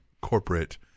corporate